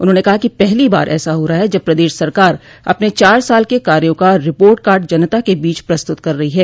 उन्होंने कहा कि पहली बार ऐसा हो रहा है जब प्रदेश सरकार अपने चार साल के कार्यो का रिपोर्ट कार्ड जनता के बीच पस्तूत कर रही है